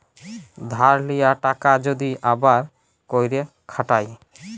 ধার লিয়া টাকা যদি আবার ক্যইরে খাটায়